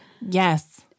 Yes